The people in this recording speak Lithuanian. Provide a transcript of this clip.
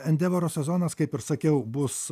endevero sezonas kaip ir sakiau bus